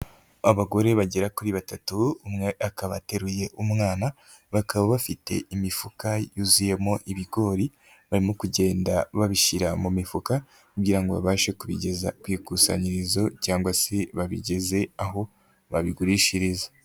Abagore bagera kuri batatu umwe akaba ateruye umwana, bakaba bafite imifuka yuzuyemo ibigori barimo kugenda babishyira mu mifuka kugira ngo babashe kubigeza ku ikusanyirizo cyangwa se babigeze aho babigurishiriza.